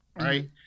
Right